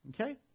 okay